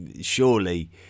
surely